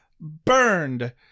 burned